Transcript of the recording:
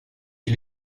qui